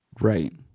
Right